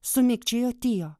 sumikčiojo tio